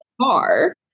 car